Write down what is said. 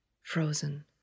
frozen